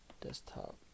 desktop